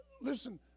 Listen